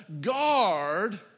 guard